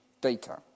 data